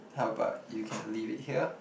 how about you can leave it here